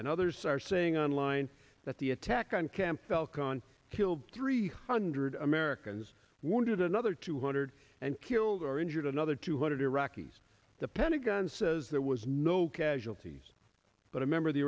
and others are saying on line that the attack on camp falcon killed three hundred americans wounded another two hundred and killed or injured another two hundred iraqis the pentagon says there was no casualties but a member